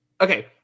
Okay